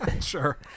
sure